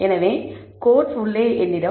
எனவே கோட்ஸ் உள்ளே என்னிடம் bonds